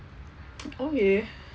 okay